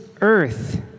earth